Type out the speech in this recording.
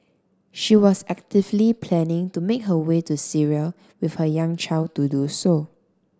she was actively planning to make her way to Syria with her young child to do so